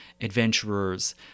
adventurers